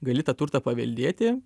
gali tą turtą paveldėti